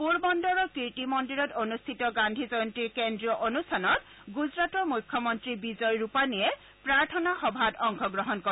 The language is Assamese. পোৰবন্দৰৰ কীৰ্তি মন্দিৰত অনুষ্ঠিত গান্ধী জয়ন্তীৰ কেন্দ্ৰীয় অনুষ্ঠানত গুজৰাটৰ মুখ্য মন্ত্ৰী বিজয় ৰূপানীয়ে প্ৰাৰ্থনা সভাত অংশ গ্ৰহণ কৰে